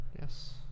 Yes